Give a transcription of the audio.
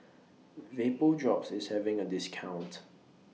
Vapodrops IS having A discount